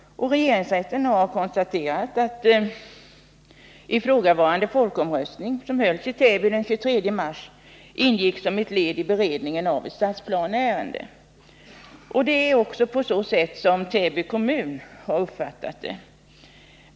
Regeringsrätten har konstaterat att ifrågavarande folkomröstning, som hölls i Täby den 23 mars, ingick som ett led i beredningen av ett stadsplaneärende. Det är också på så sätt som Täby kommun har uppfattat det.